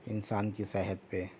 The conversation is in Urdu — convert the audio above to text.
انسان کی صحت پہ